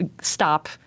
stop